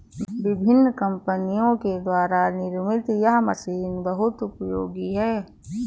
विभिन्न कम्पनियों के द्वारा निर्मित यह मशीन बहुत उपयोगी है